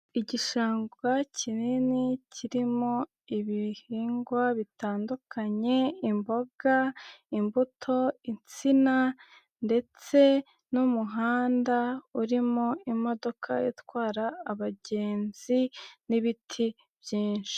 Igishanga kinini kirimo ibihingwa bitandukanye:, imboga, imbuto, insina ndetse n'umuhanda urimo imodoka itwara abagenzi n'ibiti byinshi.